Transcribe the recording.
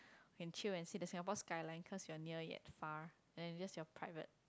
and chill and see the Singapore skyline cause you are near yet far and that's your private